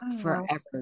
forever